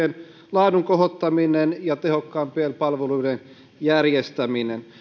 laadun kohottaminen ja tehokkaampien palveluiden järjestäminen